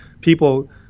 people